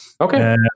Okay